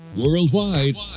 Worldwide